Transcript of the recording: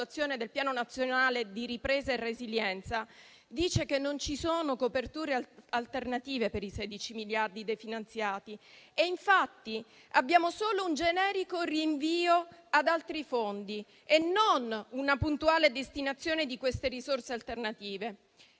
del Piano nazionale di ripresa e resilienza, rileva che non ci sono coperture alternative per i 16 miliardi definanziati. Abbiamo infatti solo un generico rinvio ad altri fondi e non una puntuale destinazione di queste risorse alternative.